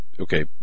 Okay